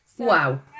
Wow